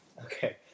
Okay